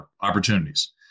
opportunities